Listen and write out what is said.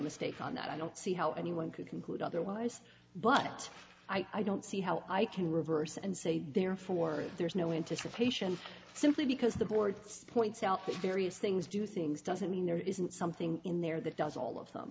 mistake on that i don't see how anyone could conclude otherwise but i don't see how i can reverse and say therefore there is no anticipation simply because the board points out that various things do things doesn't mean there isn't something in there that does all